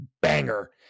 banger